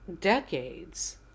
decades